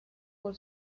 por